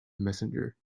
messenger